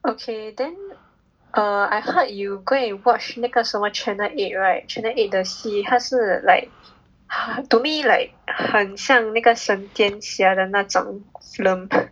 okay then err I heard you go and watch 那个什么 channel eight right channel eight 的戏它是 like to me like 很像那种沈殿霞的那种 film